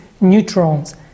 neutrons